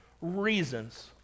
reasons